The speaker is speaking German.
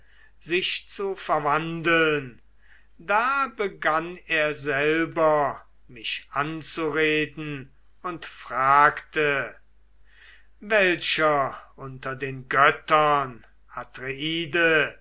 sich zu verwandeln da begann er selber mich anzureden und fragte welcher unter den göttern